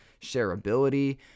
shareability